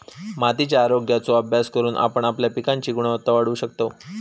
मातीच्या आरोग्याचो अभ्यास करून आपण आपल्या पिकांची गुणवत्ता वाढवू शकतव